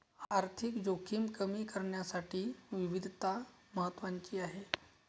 आर्थिक जोखीम कमी करण्यासाठी विविधता महत्वाची आहे